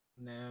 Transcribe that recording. No